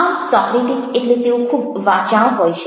આમ સોક્રેટિક એટલે તેઓ ખૂબ વાચાળ હોય છે